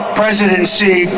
presidency